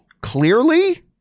clearly